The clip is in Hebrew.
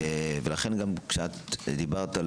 לכן גם כשדיברת,